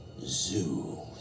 zoo